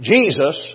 Jesus